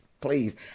Please